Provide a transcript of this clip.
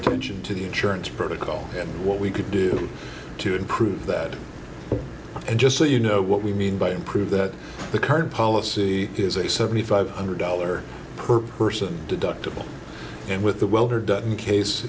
attention to the insurance protocol and what we could do to improve that and just so you know what we mean by improve that the current policy is a seventy five hundred dollar per person deductible and with the welder done